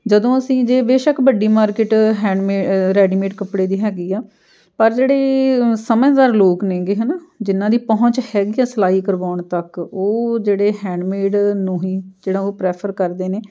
ਜਦੋਂ ਅਸੀਂ ਜੇ ਬੇਸ਼ੱਕ ਵੱਡੀ ਮਾਰਕੀਟ ਹੈਂਡ ਰੈਡੀਮੇਡ ਕੱਪੜੇ ਦੀ ਹੈਗੀ ਆ ਪਰ ਜਿਹੜੇ ਸਮਝਦਾਰ ਲੋਕ ਨੇ ਗੇ ਹੈ ਨਾ ਜਿੰਨ੍ਹਾ ਦੀ ਪਹੁੰਚ ਹੈਗੀ ਆ ਸਿਲਾਈ ਕਰਵਾਉਣ ਤੱਕ ਉਹ ਜਿਹੜੇ ਹੈਂਡਮੇਡ ਨੂੰ ਹੀ ਜਿਹੜਾ ਉਹ ਪ੍ਰੈਫਰ ਕਰਦੇ ਨੇ